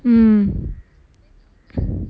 mm